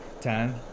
Ten